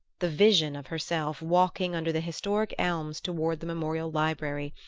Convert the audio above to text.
the vision of herself walking under the historic elms toward the memorial library,